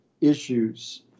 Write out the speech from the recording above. issues